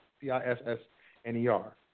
C-I-S-S-N-E-R